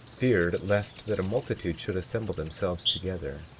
feared lest that a multitude should assemble themselves together,